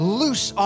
loose